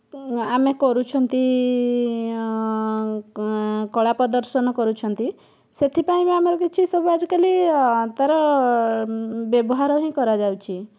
ଆମେ କରୁଛନ୍ତି କଳା ପ୍ରଦର୍ଶନ କରୁଛନ୍ତି ସେଥିପାଇଁ ବି ଆମର କିଛି ସବୁ ଆଜି କାଲି ତା'ର ବ୍ୟବହାର ହିଁ କରା ଯାଉଛି